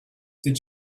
did